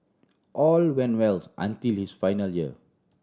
all went wells until his final year